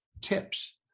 tips